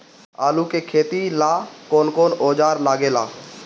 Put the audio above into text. आलू के खेती ला कौन कौन औजार लागे ला?